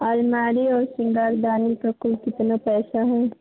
आलमारी और सिन्गारदानी का कुल कितना पैसा है